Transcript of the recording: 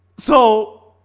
so